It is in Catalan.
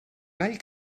gall